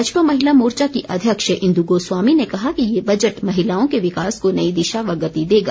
भाजपा महिला मोर्चा की अध्यक्ष इंदू गोस्वामी ने कहा कि ये बजट महिलाओं के विकास को नई दिशा व गति देगा